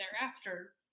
thereafter